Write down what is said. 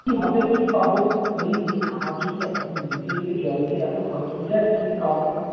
কি হবে কি পাবো এই এই আমার যদি জলেতেই এত খরচ হয়ে যায় কি পাবো